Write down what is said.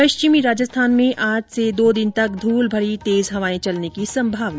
पश्चिमी राजस्थान में आज से दो दिन तक धूलभरी तेज हवाएं चलने की संभावना